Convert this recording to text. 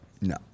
No